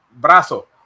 brazo